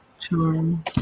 Charm